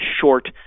short